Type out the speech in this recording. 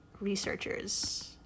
researchers